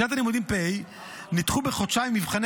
בשנת הלימודים התשפ"ה נדחו בחודשיים מבחני